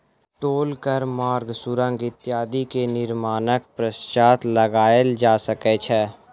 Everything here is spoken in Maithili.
टोल कर मार्ग, सुरंग इत्यादि के निर्माणक पश्चात लगायल जा सकै छै